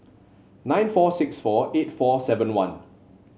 nine four six four eight four seven one